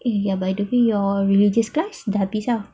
eh ya by the way your religious class dah habis ah